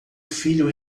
filho